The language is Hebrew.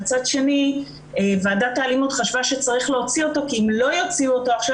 מצד שני הוועדה חשבה שצריך להוציא אותו כי אם לא יוציאו אותו עכשיו